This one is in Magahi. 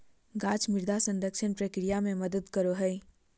गाछ मृदा संरक्षण प्रक्रिया मे मदद करो हय